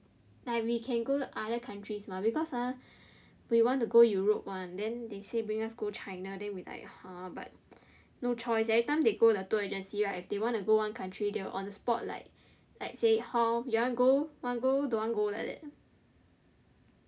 like we can go other countries mah because ah we want to go Europe one then they say bring us go China then we like !huh! but no choice everytime they go the tour agency right if they want to go one country they will on the spot like like say how you want go want go don't want go like that